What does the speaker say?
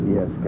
Yes